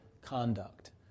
conduct